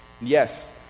Yes